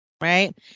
right